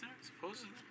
supposedly